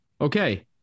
Okay